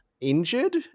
injured